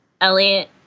Elliot